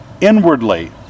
inwardly